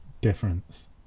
difference